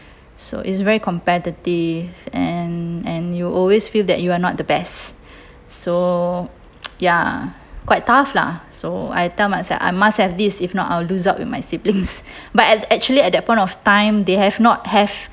so it's very competitive and and you always feel that you are not the best so ya quite tough lah so I tell myself I must have this if not I will lose out with my siblings but at actually at that point of time they have not have